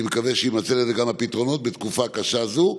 אני מקווה שיימצאו לזה גם הפתרונות בתקופה קשה זו,